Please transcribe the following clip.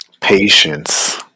patience